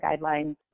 guidelines